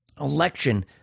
election